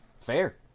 fair